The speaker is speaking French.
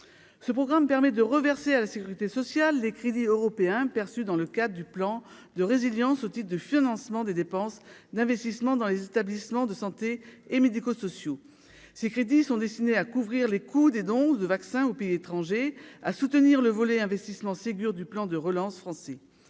ce programme permet de reverser à la sécurité sociale des crédits européens perçu dans le cadre du plan de résilience type de financement des dépenses d'investissement dans les établissements de santé et médico-sociaux, ces crédits sont destinés à couvrir les coûts des doses de vaccins aux pays étrangers à soutenir le volet investissement Ségur du plan de relance français